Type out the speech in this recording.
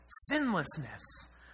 sinlessness